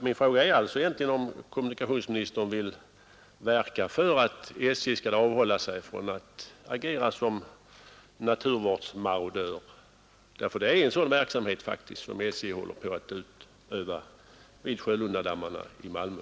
Min fråga till kommunikationsministern är därför egentligen om han vill verka för att SJ avhåller sig från att agera som naturvårdsmarodör, ty det är faktiskt en sådan verksamhet SJ håller på med vid Sjölundadammarna i Malmö.